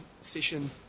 session